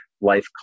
life